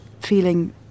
feeling